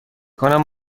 کنم